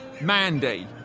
Mandy